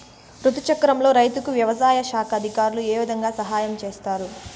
రుతు చక్రంలో రైతుకు వ్యవసాయ శాఖ అధికారులు ఏ విధంగా సహాయం చేస్తారు?